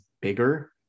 bigger